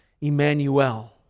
Emmanuel